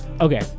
Okay